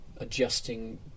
adjusting